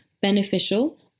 beneficial